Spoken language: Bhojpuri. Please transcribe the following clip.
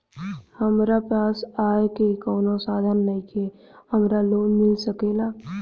हमरा पास आय के कवनो साधन नईखे हमरा लोन मिल सकेला?